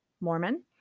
Mormon